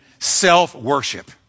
Self-worship